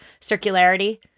circularity